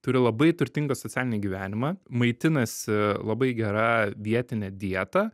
turi labai turtingą socialinį gyvenimą maitinasi labai gera vietine dieta